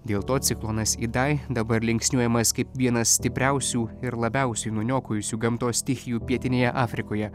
dėl to ciklonas idai dabar linksniuojamas kaip vienas stipriausių ir labiausiai nuniokojusių gamtos stichijų pietinėje afrikoje